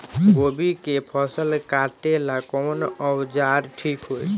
गोभी के फसल काटेला कवन औजार ठीक होई?